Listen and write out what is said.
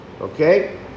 Okay